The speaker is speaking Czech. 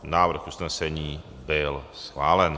Návrh usnesení byl schválen.